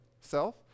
self